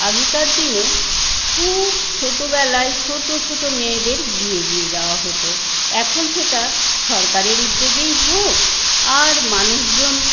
আগেকার দিনে খুব ছোটোবেলায় ছোটো ছোটো মেয়েদের বিয়ে দিয়ে দেওয়া হত এখন সেটা সরকারের উদ্যোগেই হোক আর মানুষজন